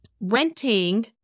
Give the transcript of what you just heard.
renting